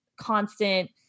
constant